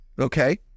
Okay